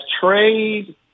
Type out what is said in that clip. trade